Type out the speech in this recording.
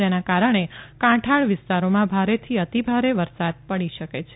જેના કારણે કાંઠાળ વિસ્તારોમાં ભારેથી અતિભારે વરસાદ પડી શકે છે